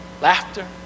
laughter